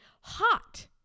hot